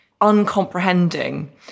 uncomprehending